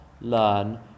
learn